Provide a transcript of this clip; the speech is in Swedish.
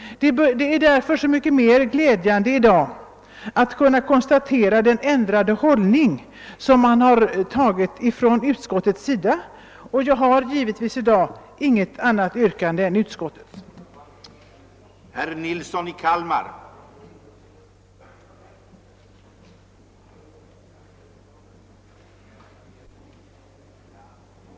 Det är därför glädjande att i dag kunna konstatera den ändrade hållning som utskottet har tagit. Jag har givetvis i dag inget annat yrkande än bifall till utskottets hemställan.